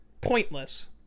pointless